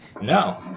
No